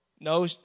No